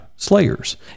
Slayers